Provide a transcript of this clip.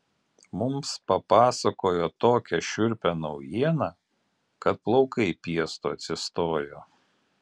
mums papasakojo tokią šiurpią naujieną kad plaukai piestu atsistojo